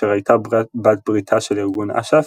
אשר הייתה בת בריתה של ארגון אש"ף,